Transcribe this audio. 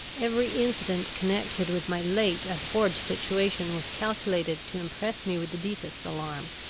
every incident connected with my late abhorred situation was calculated to impress me with the deepest alarm.